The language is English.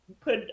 put